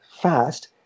fast